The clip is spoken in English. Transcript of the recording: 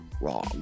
wrong